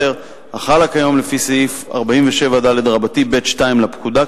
החלה כיום לפי סעיף 47ד(ב)(2) לפקודה,